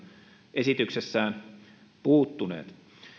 esityksessään puuttuneet